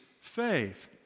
faith